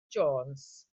jones